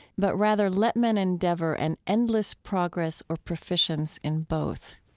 but rather let man endeavor an endless progress or proficience in both.